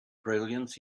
brilliance